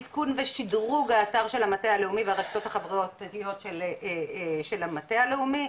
עדכון ושדרוג האתר של המטה הלאומי והרשתות החברתיות של המטה הלאומי,